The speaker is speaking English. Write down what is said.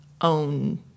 own